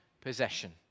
possession